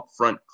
upfront